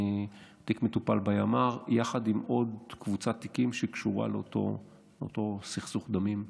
התיק מטופל בימ"ר יחד עם עוד קבוצת תיקים שקשורה לאותו סכסוך דמים קשה.